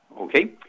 Okay